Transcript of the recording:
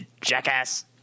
jackass